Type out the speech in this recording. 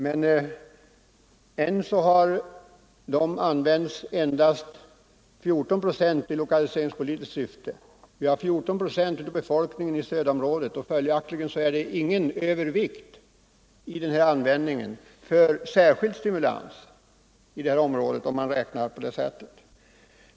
Men hittills har dessa använts endast till 14 procent i lokaliseringspolitiskt syfte. 14 procent av befolkningen bor inom stödområdet, och följaktligen har användningen av investeringsfondsmedel inte särskilt gynnat stödområdet.